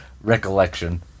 recollection